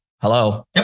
hello